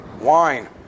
wine